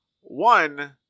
one